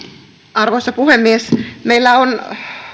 arvoisa puhemies meillä on